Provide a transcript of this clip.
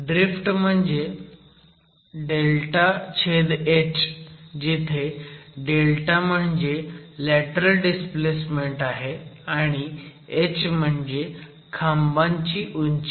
drift म्हणजे Δh जिथे Δ म्हणजे लॅटरल डिस्प्लेसमेन्ट आहे आणि h म्हणजे खांबाची उंची